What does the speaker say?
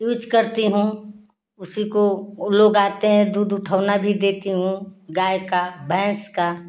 use करती हूँ उसी को वो लोग आते हैं दूध उठौना भी देती हूँ गाय का भैंस का